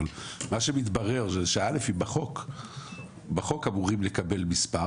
אבל מה שמתברר שא' בחוק אמורים לקבל מספר